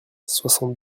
soixante